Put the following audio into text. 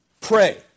Pray